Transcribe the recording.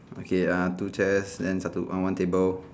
okay uh two chairs then satu uh one table